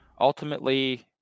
ultimately